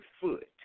foot